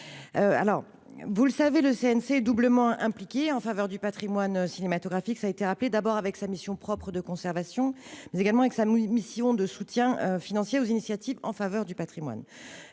très chère. Le CNC est doublement impliqué en faveur du patrimoine cinématographique, au titre de sa mission propre de conservation, mais également au titre de sa mission de soutien financier aux initiatives en faveur du patrimoine.